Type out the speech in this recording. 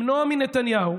למנוע מנתניהו